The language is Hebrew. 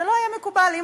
זה לא היה מקובל.